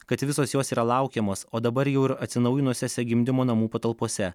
kad visos jos yra laukiamos o dabar jau ir atsinaujinusiose gimdymo namų patalpose